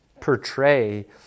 portray